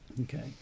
Okay